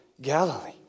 Galilee